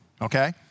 Okay